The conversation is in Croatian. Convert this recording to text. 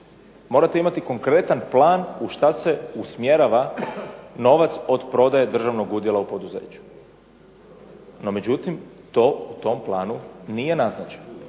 morate imati konkretan plan u što se usmjerava novac od prodaje državnog udjela u tom poduzeću. NO, to u tom planu nije naznačeno,